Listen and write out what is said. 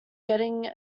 getting